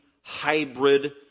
hybrid